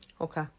Okay